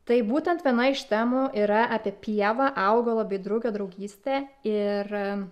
tai būtent viena iš temų yra apie pievą augalo bei drugio draugystę ir